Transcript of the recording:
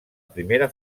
primera